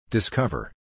Discover